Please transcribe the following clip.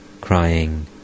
crying